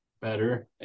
better